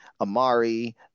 Amari –